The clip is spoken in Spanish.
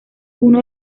uno